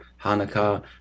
Hanukkah